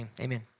amen